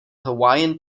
hawaiian